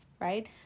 right